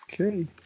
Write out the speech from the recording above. Okay